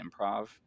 improv